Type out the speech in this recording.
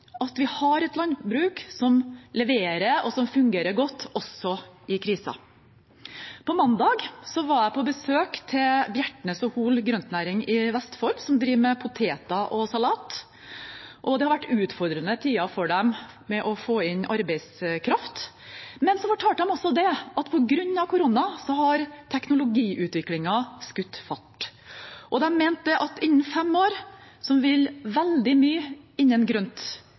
at vi har et landbruk som leverer, og som fungerer godt, også i kriser. På mandag var jeg på besøk hos Bjertnæs & Hoel grøntnæring i Vestfold, som driver med poteter og salat. Det har vært utfordrende tider for dem med å få inn arbeidskraft, men de fortalte også at på grunn av korona har teknologiutviklingen skutt fart. De mente at innen fem år vil veldig mye innen